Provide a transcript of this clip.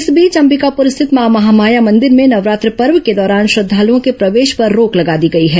इस बीच अंबिकापुर स्थित मां महामाया मंदिर में नवरात्र पर्व के दौरान श्रद्वालुओं के प्रवेश पर रोक लगा दी गई है